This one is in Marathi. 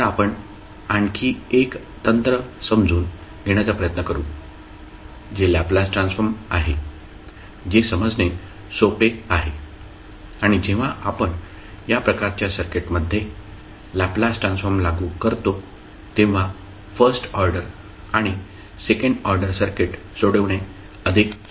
तर आपण आणखी एक तंत्र समजून घेण्याचा प्रयत्न करू जे लॅपलास ट्रान्सफॉर्म आहे जे समजणे सोपे आहे आणि जेव्हा आपण या प्रकारच्या सर्किटमध्ये लॅपलास ट्रान्सफॉर्म लागू करतो तेव्हा फर्स्ट ऑर्डर आणि सेकंड ऑर्डर सर्किट सोडविणे अधिक सोपे होते